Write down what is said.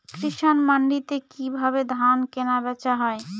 কৃষান মান্ডিতে কি ভাবে ধান কেনাবেচা হয়?